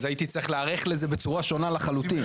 אז הייתי צריך להיערך לזה בצורה שונה לחלוטין.